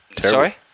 sorry